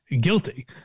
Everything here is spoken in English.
guilty